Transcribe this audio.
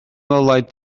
ngolau